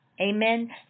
Amen